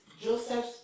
Joseph